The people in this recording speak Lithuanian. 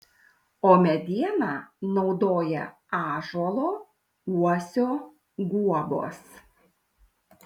o medieną naudoja ąžuolo uosio guobos